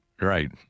Right